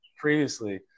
previously